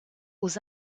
aux